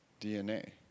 DNA